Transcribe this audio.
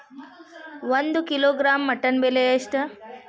ಒಂದು kilogram mutton ಬೆಲೆ ಎಷ್ಟ್?